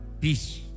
peace